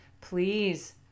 please